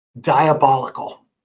Diabolical